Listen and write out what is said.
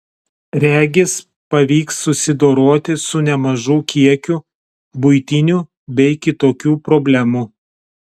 regis pavyks susidoroti su nemažu kiekiu buitinių bei kitokių problemų